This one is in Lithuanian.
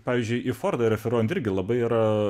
pavyzdžiui į fordą referuojant irgi labai yra